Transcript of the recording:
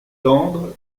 tendre